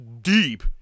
deep